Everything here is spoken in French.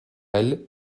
elle